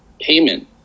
payment